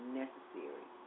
necessary